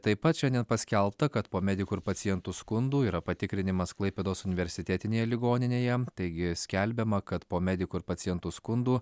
taip pat šiandien paskelbta kad po medikų ir pacientų skundų yra patikrinimas klaipėdos universitetinėje ligoninėje taigi skelbiama kad po medikų ir pacientų skundų